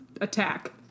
attack